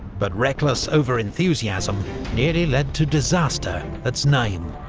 but reckless over-enthusiasm nearly led to disaster at znaim.